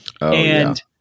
and-